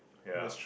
yeah